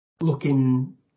looking